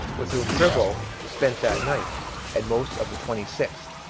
with whom prevost spent that night and most of the twenty sixth,